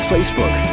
Facebook